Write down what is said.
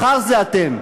מחר זה אתם.